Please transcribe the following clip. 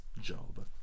job